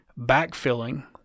backfilling